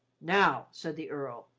now, said the earl,